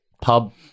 pub